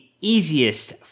easiest